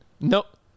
Nope